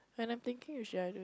when I'm thinking you should